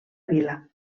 vila